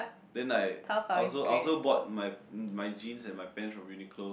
then like I also I also bought my my jeans and my pants from Uniqlo